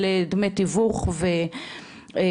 של דמי תיווך ונלווהם.